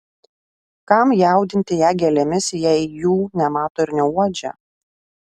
kam jaudinti ją gėlėmis jei jų nemato ir neuodžia